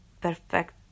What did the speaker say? perfect